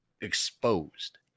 exposed